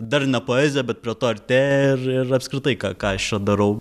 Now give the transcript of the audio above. dar ne poezija bet prie to artėja ir ir apskritai ką ką aš darau